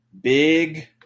big